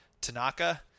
Tanaka